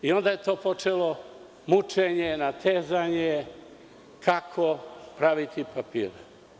Odatle je počelo mučenje, natezanje, kako praviti papire.